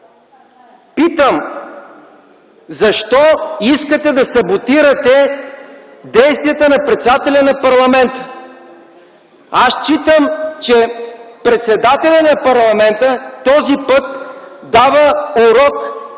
питам: защо искате да саботирате действията на председателя на парламента? Аз считам, че председателят на парламента този път дава урок